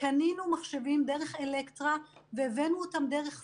קנינו מחשבים דרך אלקטרה והבאנו אותם דרך סין.